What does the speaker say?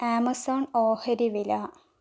Amazon ഓഹരി വില